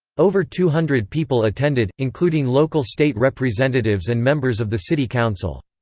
over two hundred people attended, including local state representatives and members of the city council.